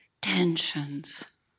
tensions